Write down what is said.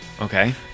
Okay